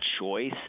choice